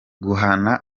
guhana